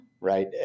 Right